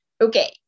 Okay